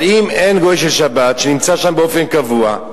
אבל אם אין גוי של שבת שנמצא שם באופן קבוע,